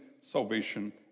salvation